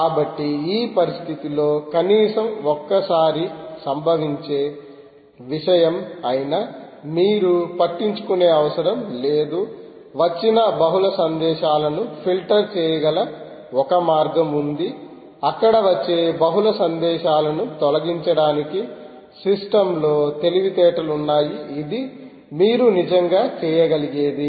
కాబట్టి ఆ పరిస్థితిలో కనీసం ఒక్క సారి సంభవించే విషయం అయినా మీరు పట్టించుకునే అవసరం లేదు వచ్చిన బహుళ సందేశాలను ఫిల్టర్ చేయగల ఒక మార్గం ఉంది అక్కడ వచ్చే బహుళ సందేశాలను తొలగించడానికి సిస్టమ్లో తెలివితేటలు ఉన్నాయి ఇది మీరు నిజంగా చేయగలిగేది